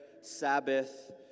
Sabbath